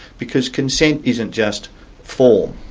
because consent isn't just form,